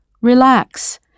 relax